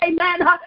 amen